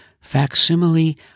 facsimile